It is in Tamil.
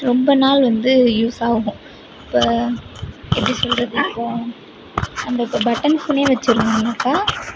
ரொம்ப நாள் வந்து யூஸ் ஆகும் இப்போ எப்படி சொல்கிறது இப்போ நம்ம அந்த இப்போ பட்டன் ஃபோனே வச்சிருந்தோம்னாக்கா